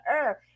earth